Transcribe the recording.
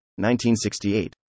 1968